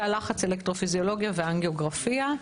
תא לחץ, אלקטרופיזיולוגיה ואנגיוגרפיה.